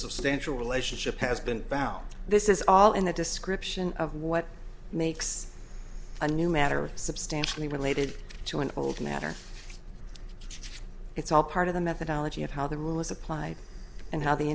substantial relationship has been found this is all in the description of what makes a new matter substantially related to an old matter it's all part of the methodology of how the rule is applied and how the